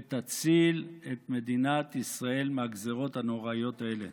ותציל את מדינת ישראל מהגזרות הנוראיות האלה.